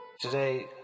Today